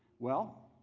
well,